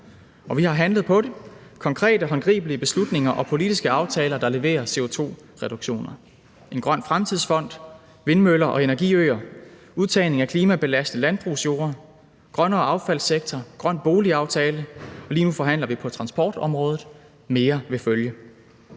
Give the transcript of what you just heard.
Og vi har handlet på det med konkrete, håndgribelige beslutninger og politiske aftaler, der leverer CO2-reduktioner, en grøn fremtidsfond, vindmøller og energiøer, udtagning af klimabelastende landbrugsjorde, en grønnere affaldssektor, en grøn boligaftale, og lige nu forhandler vi på transportområdet, og mere vil følge.